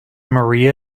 maria